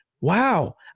wow